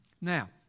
Now